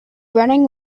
running